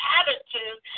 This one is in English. attitude